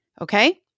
okay